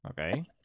Okay